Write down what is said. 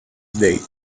date